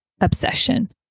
obsession